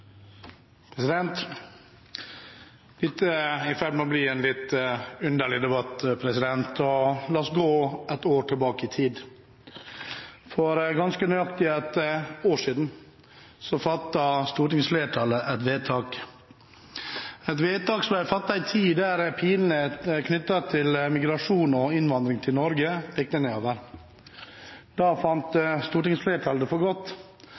i ferd med å bli en litt underlig debatt, og la oss gå ett år tilbake i tid. For ganske nøyaktig ett år siden fattet stortingsflertallet et vedtak, et vedtak som er fattet i en tid der pilene knyttet til migrasjon og innvandring til Norge pekte nedover. Da fant stortingsflertallet det for godt